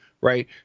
right